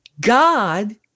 God